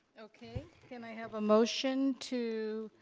okay, can i have a motion to.